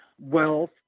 wealth